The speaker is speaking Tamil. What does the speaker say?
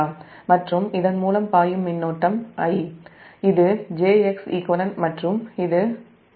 மற்றும் இதன் மூலம் பாயும் மின்னோட்டம் I இது j Xeq மற்றும் இது V2∟0 ஆகும்